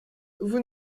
vous